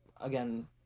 again